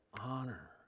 honor